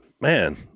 Man